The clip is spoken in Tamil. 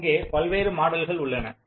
அங்கே பல்வேறு மாடல்கள் உள்ளன